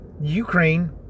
Ukraine